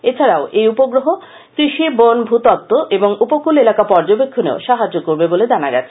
এছাডাও এই উপগ্রহ কৃষি বন ভতত্ব এবং উপকল এলাকা পর্যবেক্ষণেও সাহায্য করবে বলে জানা গিয়েছে